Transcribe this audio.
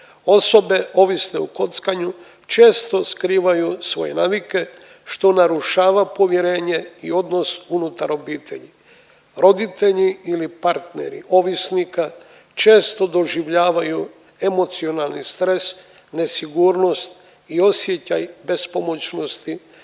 Osobe ovisne o kockanju često skrivaju svoje navike što narušava povjerenje i odnos unutar obitelji. Roditelji ili partneri ovisnika često doživljavaju emocionalni stres, nesigurnost i osjećaj bespomoćnosti